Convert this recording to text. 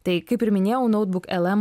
tai kaip ir minėjau noutbuk lm